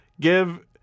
give